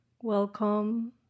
Welcome